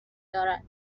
دارد